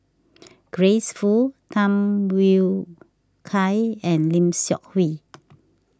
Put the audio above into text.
Grace Fu Tham Yui Kai and Lim Seok Hui